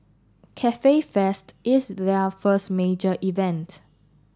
Cafe Fest is their first major event